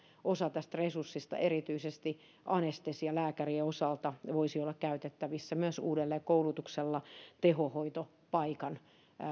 osa tästä resurssista erityisesti anestesialääkärien osalta voisi olla käytettävissä myös uudelleenkoulutuksella tehohoitopaikkojen